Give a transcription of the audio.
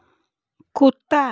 कुत्ता